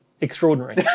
Extraordinary